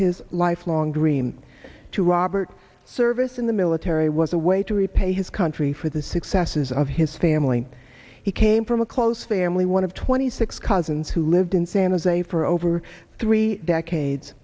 his lifelong dream to robert service in the military was a way to repay his country for the successes of his family he came from a close family one of twenty six cousins who lived in san jose for over three decades